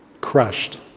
crushed